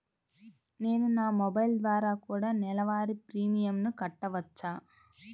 నేను నా మొబైల్ ద్వారా కూడ నెల వారి ప్రీమియంను కట్టావచ్చా?